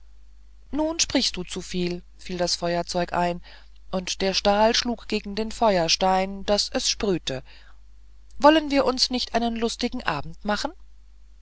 nun sprichst du zu viel fiel das feuerzeug ein und der stahl schlug gegen den feuerstein daß es sprühte wollen wir uns nicht einen lustigen abend machen